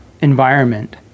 environment